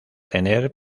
tener